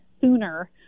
sooner